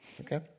Okay